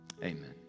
amen